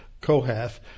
Kohath